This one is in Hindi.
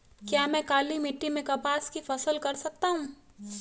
क्या मैं काली मिट्टी में कपास की फसल कर सकता हूँ?